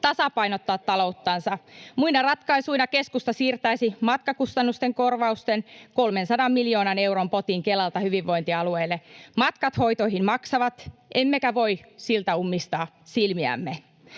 tasapainottaa talouttansa. Muina ratkaisuina keskusta siirtäisi matkakustannusten korvausten 300 miljoonan euron potin Kelalta hyvinvointialueille. Matkat hoitoihin maksavat, emmekä voi siltä ummistaa silmiämme.